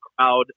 crowd